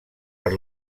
per